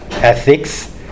ethics